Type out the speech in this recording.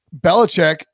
belichick